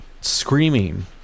screaming